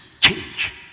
change